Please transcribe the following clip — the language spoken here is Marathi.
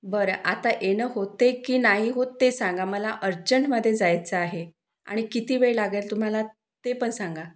बरं आता येणं होतं आहे की नाही होत ते सांगा मला अर्जंटमध्ये जायचं आहे आणि किती वेळ लागेल तुम्हाला ते पण सांगा